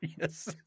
Yes